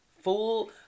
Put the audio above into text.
Full